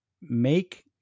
make